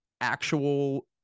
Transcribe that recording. actual